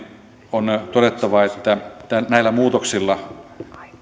on todettava että näillä muutoksilla